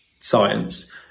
science